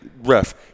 ref